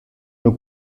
nur